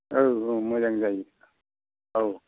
औ औ मोजां जायो औ